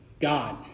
god